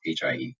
HIE